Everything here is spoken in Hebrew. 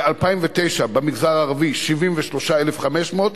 ב-2009 במגזר הערבי זה 73,500 ש"ח,